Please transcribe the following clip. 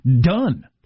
Done